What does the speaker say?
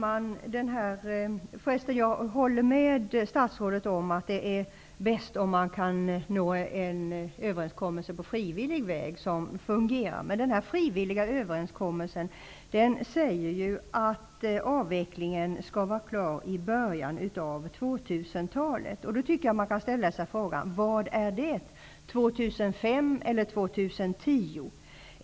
Herr talman! Jag håller med statsrådet om att det är bäst om man kan nå en fungerande överenskommelse på frivillig väg. Men den frivilliga överenskommelsen säger att avvecklingen skall vara klar i början av 2000-talet. Då kan man ställa sig frågan: När är det, år 2005 eller år 2010?